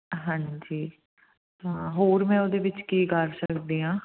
ਹਾਂਜੀ ਹਾਂ ਹੋਰ ਮੈਂ ਉਹਦੇ ਵਿੱਚ ਕੀ ਕਰ ਸਕਦੀ ਹਾਂ